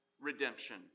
redemption